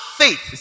faith